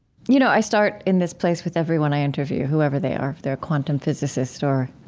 you know, i start in this place with everyone i interview, whoever they are. if they're a quantum physicist or